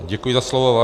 Děkuji za slovo.